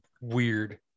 weird